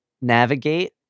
navigate